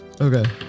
Okay